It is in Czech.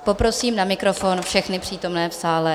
Poprosím na mikrofon všechny přítomné v sále.